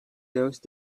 those